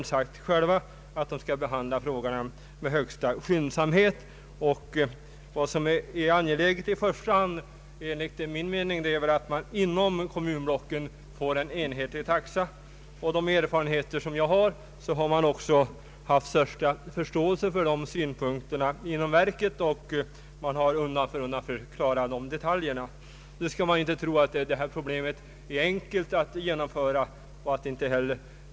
Verket har även sagt att man skall behandla frågorna med största skyndsamhet. Vad som i första hand är angeläget är enligt min mening att man inom kommunblocken får en enhetlig taxa. Att döma av de erfarenheter jag fått har man också inom verket haft största förståelse för dessa synpunkter, och man har undan för undan sökt klara dessa detaljer. Nu skall vi inte tro att det är enkelt att genomföra dessa saker.